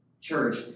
church